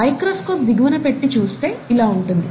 microscope దిగువున పెట్టి చూస్తే ఇలా ఉంటుంది